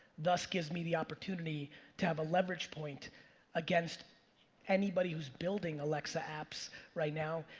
thus, gives me the opportunity to have a leverage point against anybody who's building alexa apps right now.